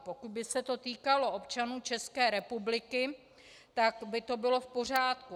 Pokud by se to týkalo občanů České republiky, tak by to bylo v pořádku.